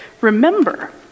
remember